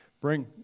bring